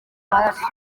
amaraso